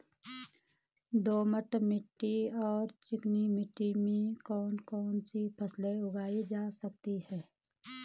दोमट मिट्टी और चिकनी मिट्टी में कौन कौन सी फसलें उगाई जा सकती हैं?